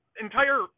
entire